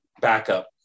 backup